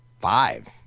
five